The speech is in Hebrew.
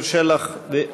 עבד אל חכים חאג' יחיא,